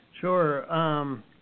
Sure